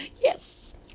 Yes